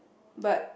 but